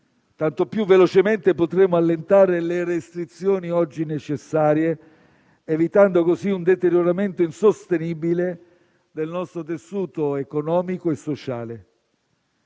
tanto più velocemente potremo allentare le restrizioni oggi necessarie, evitando così un deterioramento insostenibile del nostro tessuto economico e sociale.